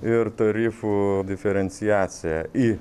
ir tarifų diferenciacija į